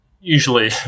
usually